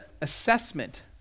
assessment